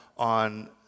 on